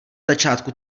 začátku